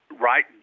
right